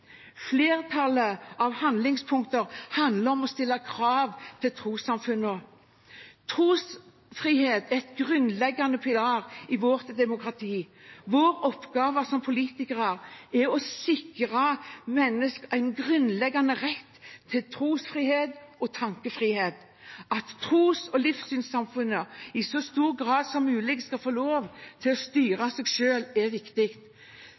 Flertallet av handlingspunktene handler om å stille krav til trossamfunnene. Trosfrihet er en grunnleggende pilar i vårt demokrati. Vår oppgave som politikere er å sikre mennesker en grunnleggende rett til trosfrihet og tankefrihet. At tros- og livssynssamfunnene i så stor grad som mulig skal få lov til å styre seg selv, er viktig.